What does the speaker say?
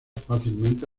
fácilmente